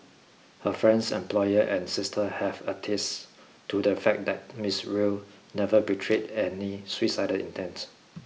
her friends employer and sister have attested to the fact that Miss Rue never betrayed any suicidal intents